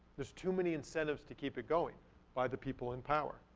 there's too many incentives to keep it going by the people in power.